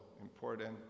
important